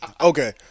Okay